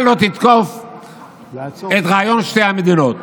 שלא תמנה את הרביי הרפורמי לשר כדי לא לתת לרפורמים את ההכרה,